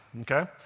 okay